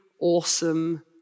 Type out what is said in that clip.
awesome